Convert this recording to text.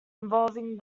involving